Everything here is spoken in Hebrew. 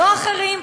לא אחרים.